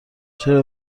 چرا